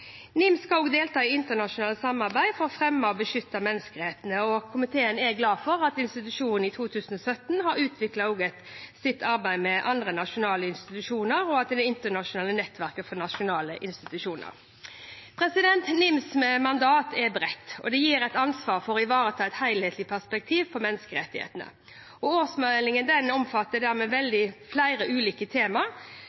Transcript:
NIM skal også delta i internasjonalt samarbeid for å fremme og beskytte menneskerettighetene, og komiteen er glad for at institusjonen i 2017 har utviklet et samarbeid med andre nasjonale institusjoner og det internasjonale nettverket for nasjonale institusjoner. NIMs mandat er bredt, og det gir et ansvar for å ivareta et helhetlig perspektiv på menneskerettighetene. Årsmeldingen omfatter dermed